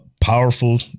powerful